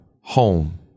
home